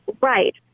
Right